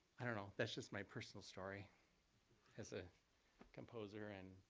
i don't know. that's just my personal story as a composer, and